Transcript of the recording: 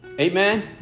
Amen